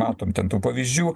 matom ten tų pavyzdžių